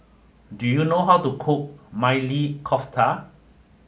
do you know how to cook Maili Kofta